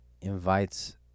invites